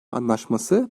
anlaşması